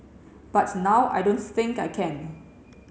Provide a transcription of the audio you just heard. but now I don't think I can